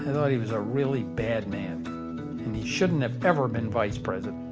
thought he was a really bad man and he shouldn't have ever been vice president